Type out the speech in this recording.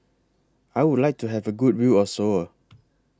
I Would like to Have A Good View of Seoul